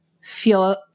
feel